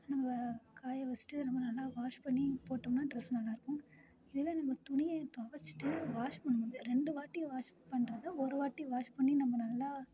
நம்ம காயவச்சுட்டு நம்ம நல்லா வாஷ் பண்ணி போட்டோம்னா டிரெஸ் நல்லாயிருக்கும் இதில் நம்ம துணியை துவைச்சிட்டு வாஷ் பண்ணும்போது ரெண்டு வாட்டி வாஷ் பண்ணுறத ஒருவாட்டி வாஷ் பண்ணி நம்ம நல்லா